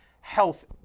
health